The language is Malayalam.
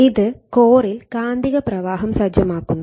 ഇത് കോറിൽ കാന്തിക പ്രവാഹം സജ്ജമാക്കുന്നു